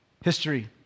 History